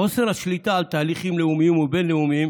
חוסר השליטה על תהליכים לאומיים ובין-לאומיים